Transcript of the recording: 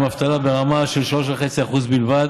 עם אבטלה ברמה של 3.5% בלבד